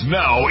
now